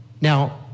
Now